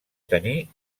tenir